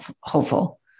hopeful